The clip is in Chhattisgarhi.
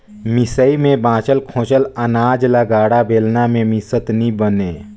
मिसई मे बाचल खोचल अनाज ल गाड़ा, बेलना मे मिसत नी बने